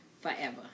forever